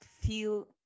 feel